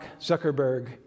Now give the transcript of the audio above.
Zuckerberg